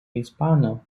ispanų